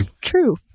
True